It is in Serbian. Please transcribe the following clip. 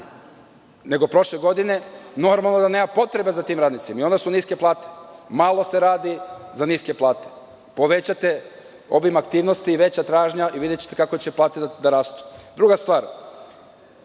nego prošle godine, normalno je da nema potrebe za tim radnicima i onda su niske plate. Malo se radi za niske plate. Povećajte obim aktivnosti i veću tražnju i videćete kako će plate da rastu. Druga stvar,